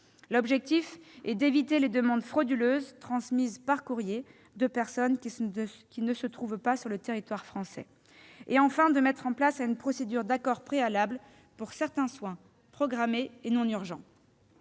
L'objectif est d'éviter les demandes frauduleuses, transmises par courrier, de personnes qui ne se trouvent pas sur le territoire français. De plus, nous prévoyons de mettre en place une procédure d'accord préalable, pour certains soins programmés et non urgents.